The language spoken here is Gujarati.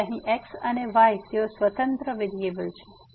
તેથી અહીં x અને y તેઓ સ્વતંત્ર વેરીએબલ્સ છે